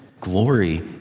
Glory